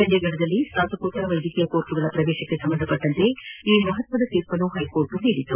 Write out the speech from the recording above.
ಚಂಡೀಘಡದಲ್ಲಿ ಸ್ನಾತಕೋತ್ತರ ವೈದ್ಯಕೀಯ ಕೋರ್ಸ್ಗಳ ಪ್ರವೇಶಕ್ಕೆ ಸಂಭಂದಿಸಿದಂತೆ ಈ ಮಹತ್ತರ ತೀರ್ಪನ್ನು ಹೈಕೋರ್ಟ್ ನೀಡಿದೆ